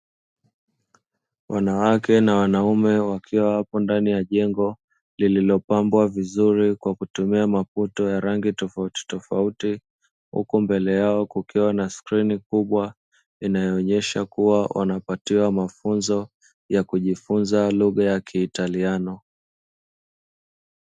Wanawake na wanaume wakiwa wapo ndani ya jengo lililopambwa vizuri kwa kutumia maputo ya rangi tofauti tofauti huko mbele yao kukiwa na screen kubwa inayoonyesha kuwa wanapatiwa mafunzo ya kujifunza lugha yake italiano.